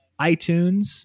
iTunes